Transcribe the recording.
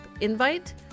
invite